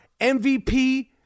MVP